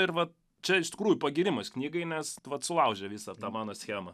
ir vat čia iš tikrųjų pagyrimas knygai mes vat sulaužė visą tą mano schemą